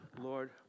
Lord